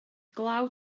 glaw